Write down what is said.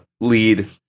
lead